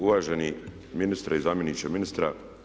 Uvaženi ministre i zamjeniče ministra.